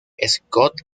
scott